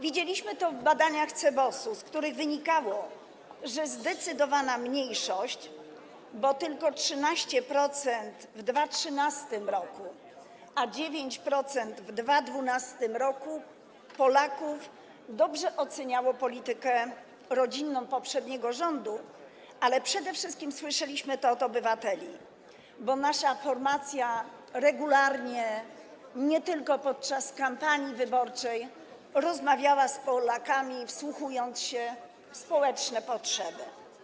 Widzieliśmy to w badaniach CBOS-u, z których wynikało, że zdecydowana mniejszość Polaków, bo tylko 13% w 2013 r., a 9% w 2012 r., dobrze oceniało politykę rodzinną poprzedniego rządu, ale przede wszystkim słyszeliśmy to od obywateli, bo nasza formacja regularnie, nie tylko podczas kampanii wyborczej, rozmawiała z Polakami, wsłuchując się w społeczne potrzeby.